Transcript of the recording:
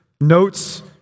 notes